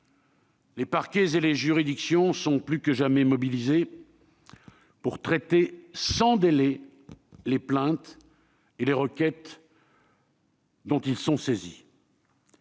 Les parquets et les juridictions sont plus que jamais mobilisés pour traiter sans délai les plaintes et les requêtes dont ils sont saisis.